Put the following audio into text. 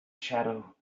shadow